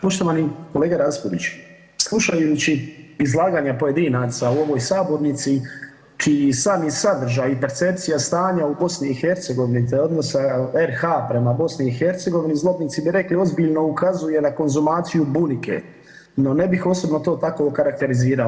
Poštovani kolega Raspudić, slušajući izlaganja pojedinaca u ovoj sabornici čiji sami sadržaj i percepcija stanja u BiH te odnosa RH prema BiH zlobnici bi rekli ozbiljno ukazuje na konzumaciju bunike, no ne bih osobno to tako okarakterizirao.